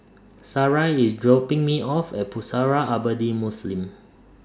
Sarai IS dropping Me off At Pusara Abadi Muslim